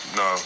no